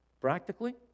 Practically